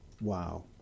Wow